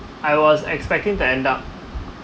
I was expecting to end up